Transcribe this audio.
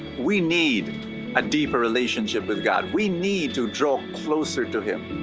we need a deeper relationship with god. we need to draw closer to him.